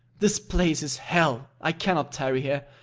this place is hell, i cannot tarry here.